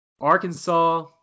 Arkansas